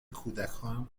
کودکان